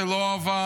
זה לא עבד.